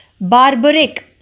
barbaric